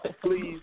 please